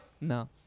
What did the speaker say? No